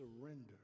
surrender